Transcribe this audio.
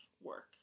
work